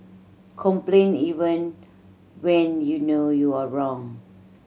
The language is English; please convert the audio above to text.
complain even when you know you are wrong